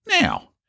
Now